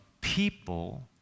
people